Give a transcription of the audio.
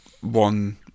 one